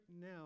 now